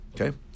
Okay